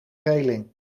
reling